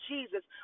Jesus